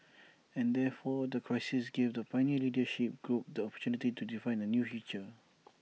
and therefore that crisis gave the pioneer leadership group the opportunity to define A new future